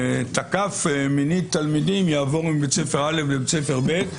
שתקף מינית תלמידים יעבור מבית ספר א' לבית ספר ב'.